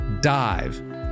dive